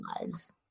lives